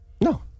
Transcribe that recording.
No